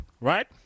right